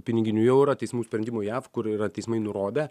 piniginių jau yra teismų sprendimų jav kur yra teismai nurodę